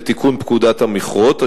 לתיקון פקודת המכרות,